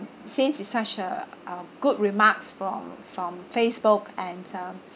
since it's such a a good remarks from from facebook and um